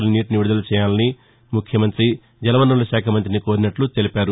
ల నీటిని విదుదల చేయాలని ముఖ్యమంతి జలవనరుల శాఖ మంతిని కోరినట్లు తెలిపారు